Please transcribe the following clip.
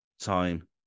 time